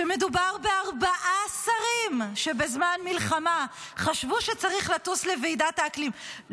שמדובר בארבעה שרים שבזמן מלחמה חשבו שצריך לטוס לוועידת האקלים,